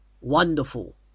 Wonderful